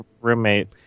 roommate